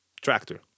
Tractor